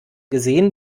gesehen